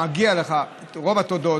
מגיעות לך רוב התודות.